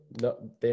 no